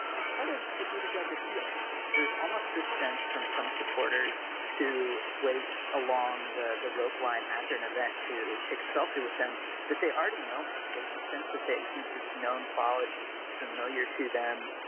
it's part of the beauty judge appeal there's almost this sense from some supporters who wait along the the rope line after an event to take a selfie with them that they already know him. there's a sense that that he's this known quality she's familiar to them.